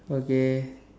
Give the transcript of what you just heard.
okay